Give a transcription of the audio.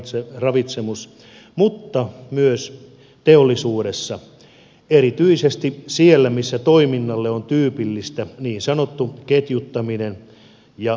majoituksessa ravitsemuksessa mutta myös teollisuudessa erityisesti siellä missä toiminnalle on tyypillistä niin sanottu ketjuttaminen ja vuokratyön teettäminen